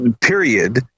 period